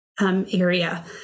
area